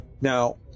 now